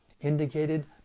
indicated